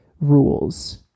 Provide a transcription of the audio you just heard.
rules